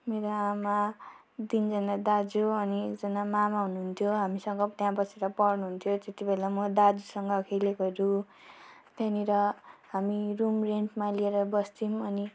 मेरो आमा तिनजना दाजु अनि एकजना मामा हुनुहुन्थ्यो हामीसँग त्यहाँ बसेर पढ्नुहुन्थ्यो त्यति बेला म दाजुसँग खेलेकोहरू त्यहाँनिर हामी रुम रेन्टमा लिएर बस्थौँ अनि